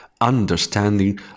understanding